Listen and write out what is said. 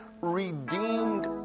redeemed